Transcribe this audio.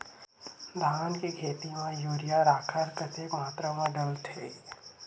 धान के खेती म यूरिया राखर कतेक मात्रा म डलथे?